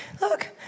Look